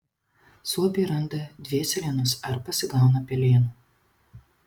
suopiai randa dvėselienos ar pasigauna pelėnų